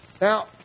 Now